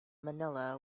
manila